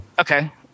Okay